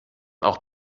auch